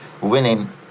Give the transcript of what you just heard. winning